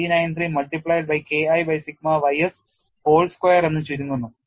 393 multiplied by K I by sigma ys whole square എന്ന് ചുരുങ്ങുന്നു